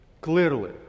clearly